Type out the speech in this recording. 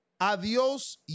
Adios